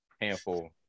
handful